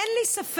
אין לי ספק,